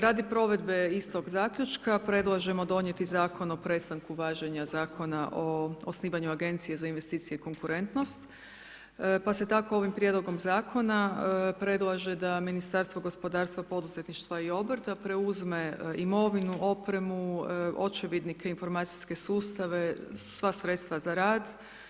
Radi provedbe istog zaključka predlažemo donijeti Zakon o prestanku važenja zakona o osnivanju Agencije za investicije i konkurentnost, pa se tako ovim prijedlogom zakona predlaže da Ministarstvo gospodarstva, poduzetništva i obrta preuzme imovinu, opremu, očevidnike, informacijske sustave, sva sredstva za rad.